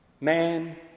Man